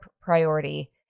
priority